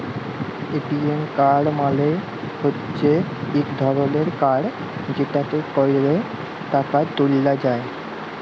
ATM card মালে হচ্যে ইক ধরলের কাড় যেটতে ক্যরে টাকা ত্যুলা যায়